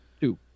Two